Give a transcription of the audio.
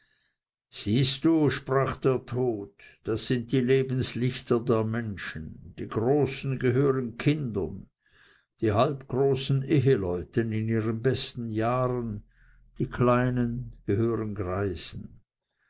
siehst du sprach der tod das sind die lebenslichter der menschen die großen gehören kindern die halbgroßen eheleuten in ihren besten jahren die kleinen gehören greisen